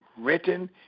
written